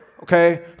okay